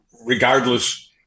regardless